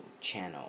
channel